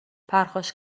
پرخاش